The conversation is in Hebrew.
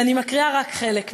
ואני מקריאה רק חלק ממנה.